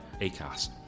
Acast